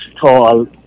tall